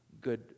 good